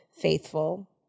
Faithful